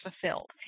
fulfilled